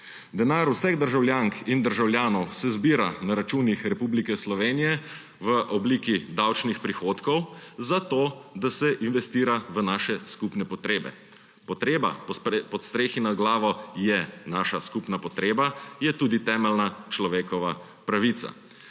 Denar vseh državljank in državljanov se zbira na računih Republike Slovenije v obliki davčnih prihodkov, zato da se investira v naše skupne potrebe. Potreba po strehi nad glavo je naša skupna potreba, je tudi temeljna človekova pravica.